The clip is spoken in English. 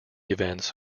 events